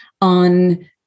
on